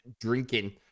drinking